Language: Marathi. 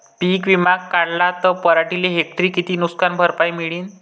पीक विमा काढला त पराटीले हेक्टरी किती नुकसान भरपाई मिळीनं?